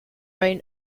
rain